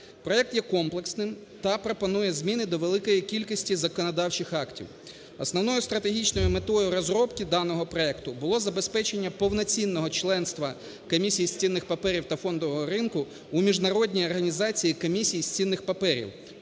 Проект є комплексним та пропонує зміни до великої кількості законодавчих актів. Основною стратегічною метою розробки даного проекту було забезпечення повноцінного членства Комісії з цінних паперів та фондового ринку у міжнародній організації Комісії з цінних паперів,